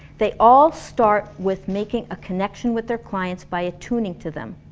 they all start with making a connection with their clients by attuning to them.